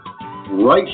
right